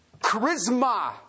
charisma